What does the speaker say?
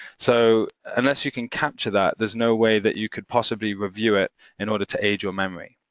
so unless you can capture that, there's no way that you could possibly review it in order to aid your memory,